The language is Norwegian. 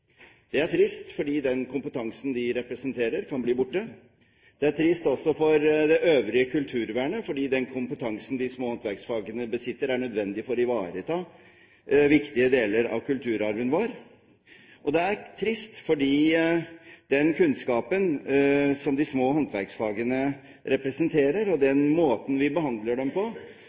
Det er trist fordi den kompetansen de representerer, kan bli borte. Det er trist også for det øvrige kulturvernet, fordi den kompetansen de små håndverksfagene besitter, er nødvendig for å ivareta viktige deler av kulturarven vår. Det er trist fordi den kunnskapen som de små håndverksfagene representerer, og den måten vi behandler dem på,